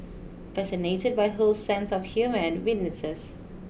fascinated by Ho's sense of humour and wittinesses